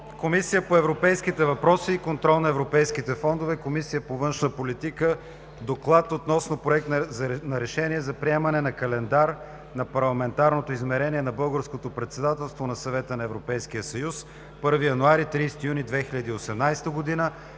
Комисия по европейските въпроси и контрол на европейските фондове, Комисия по външна политика: „ДОКЛАД относно Проект на решение за приемане на Календар на Парламентарното измерение на Българското председателство на Съвета на Европейския съюз, 1 януари – 30 юни 2018 г.,